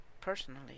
personally